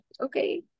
Okay